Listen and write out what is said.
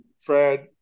fred